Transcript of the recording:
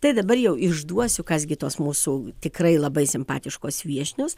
tai dabar jau išduosiu kas gi tos mūsų tikrai labai simpatiškos viešnios